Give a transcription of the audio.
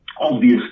obvious